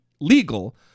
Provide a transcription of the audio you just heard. legal